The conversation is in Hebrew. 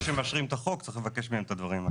שלפני שמאשרים את החוק צריך לבקש מהם את הדברים האלה.